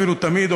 אפילו תמיד,